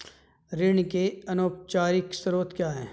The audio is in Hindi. ऋण के अनौपचारिक स्रोत क्या हैं?